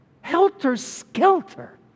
helter-skelter